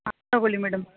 ಹಾಂ ತಗೊಳ್ಳಿ ಮೇಡಮ್